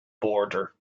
border